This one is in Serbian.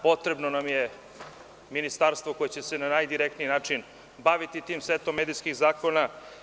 Potrebno nam je ministarstvo koje će se na najdirektniji način baviti tim setom medijskih zakona.